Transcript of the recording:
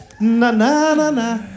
Na-na-na-na